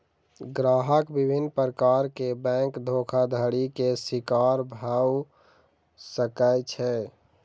ग्राहक विभिन्न प्रकार के बैंक धोखाधड़ी के शिकार भअ सकै छै